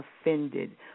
offended